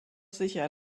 sicher